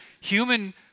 human